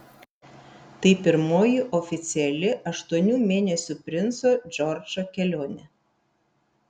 tai pirmoji oficiali aštuonių mėnesių princo džordžo kelionė